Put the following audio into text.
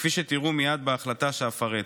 כפי שתראו מייד בהחלטה שאפרט.